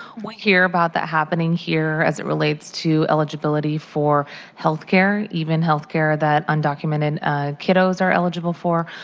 we hear about that happening here as it relates to eligibility for health care, even health care that undocumented kiddos are eligible for.